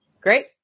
Great